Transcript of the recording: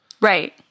right